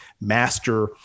master